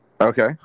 Okay